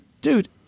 dude